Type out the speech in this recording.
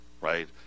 right